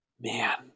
man